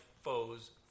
foes